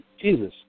Jesus